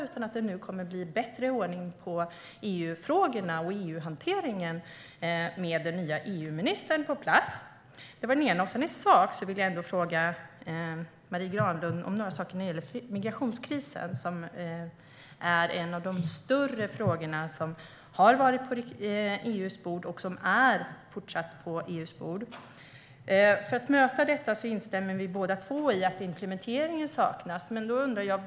Kommer det att bli bättre ordning på EU-frågorna och EU-hanteringen nu när den nya EU-ministern är på plats? Jag vill också fråga Marie Granlund om några saker när det gäller migrationskrisen. Det är en av de större frågorna som har varit och fortsätter att vara på EU:s bord. Vi instämmer båda i att implementeringen saknas.